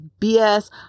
BS